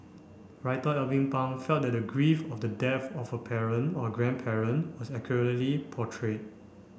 writer Alvin Pang felt that the grief of the death of a parent or a grandparent was accurately portrayed